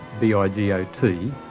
B-I-G-O-T